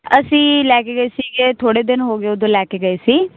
ਅਸੀਂ ਲੈ ਕੇ ਗਏ ਸੀਗੇ ਥੋੜ੍ਹੇ ਦਿਨ ਹੋ ਗਏ ਉਦੋਂ ਲੈ ਕੇ ਗਏ ਸੀ